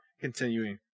continuing